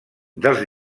dels